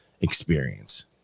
experience